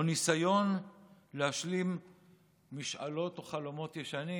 או לניסיון להשלים משאלות או חלומות ישנים,